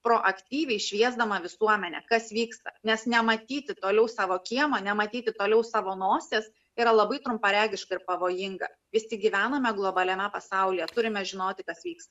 proaktyviai šviesdama visuomenę kas vyksta nes nematyti toliau savo kiemo nematyti toliau savo nosies yra labai trumparegiška ir pavojinga visi gyvename globaliame pasaulyje turime žinoti kas vyksta